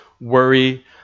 worry